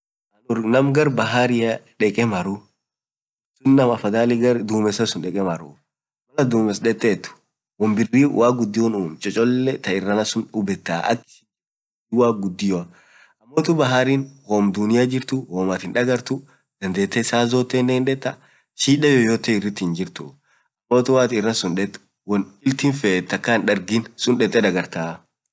urr namm garr baharia maruu afadhalin naam gar dumesaa marr malatin dumes deteet woan chocholee waqiin uum kulii dagartaaa amotuu bahariin woam dunia jirtuu woam atin dagartuu dandetee kila siku detuu shida yyte irrit hinjirtuu amotuu iransuun malatin deet woan iltin feet takaa hindagiin deke dagartaa.